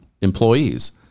employees